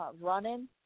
running